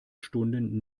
stunden